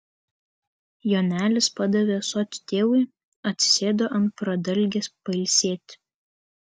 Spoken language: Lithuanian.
jonelis padavė ąsotį tėvui atsisėdo ant pradalgės pailsėti